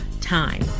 time